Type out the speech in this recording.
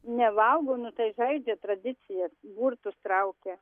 nevalgo nu tai žaidžia tradicijas burtus traukia